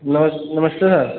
नमस नमस्ते सर